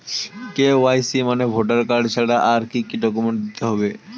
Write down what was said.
KYC মানে voter card ছাড়া আর কি কি ডকুমেন্ট দিতে হবে?